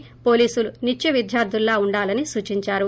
ేపోలీసులు నిత్య విద్యార్థులలా ఉండాలని సూచిందారు